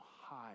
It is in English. high